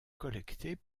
collectés